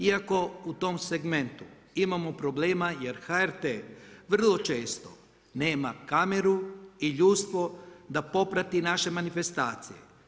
Iako u tom segmentu imamo problema jer HRT vrlo često nema kameru i ljudstvo da poprati i naše manifestacije.